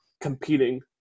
competing